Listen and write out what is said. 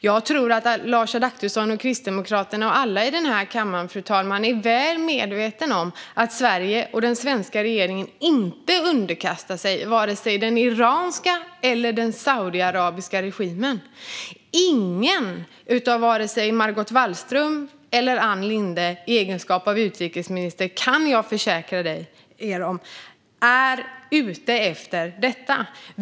Jag tror att Lars Adaktusson, Kristdemokraterna och alla i denna kammare, fru talman, är väl medvetna om att Sverige och den svenska regeringen inte underkastar sig vare sig den iranska eller den saudiarabiska regimen. Jag kan försäkra er om att varken Margot Wallström eller Ann Linde, i egenskap av utrikesminister, är ute efter detta.